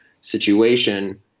situation